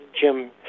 Jim